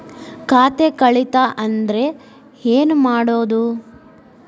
ಖಾತೆ ಕಳಿತ ಅಂದ್ರೆ ಏನು ಮಾಡೋದು?